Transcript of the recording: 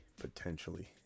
potentially